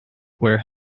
wear